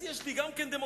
אז יש לי גם דמוקרטיה,